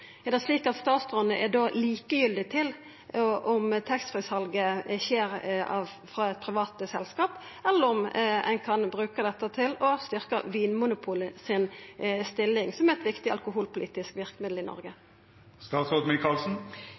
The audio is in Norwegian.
Er det slik at statsråden då er likegyldig til om taxfree-salet skjer frå private selskap eller om ein kan bruka dette til å styrkja Vinmonopolet si stilling som eit viktig alkoholpolitisk verkemiddel i